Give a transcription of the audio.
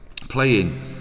playing